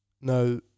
no